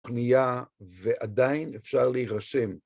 פניה, ועדיין אפשר להירשם.